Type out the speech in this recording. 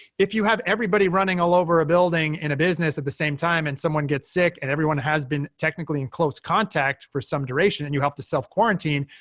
if you have everybody running all over a building in a business at the same time, and someone gets sick, and everyone has been technically in close contact for some duration, and you have to self quarantine,